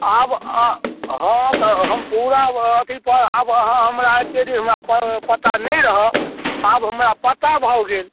आब हँ तऽ हम पूरा अथी पर आब अहाँ हमरा एतेक दिन हमरा पता नहि रहय आब हमरा पता भऽ गेल